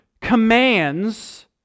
commands